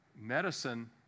medicine